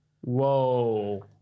whoa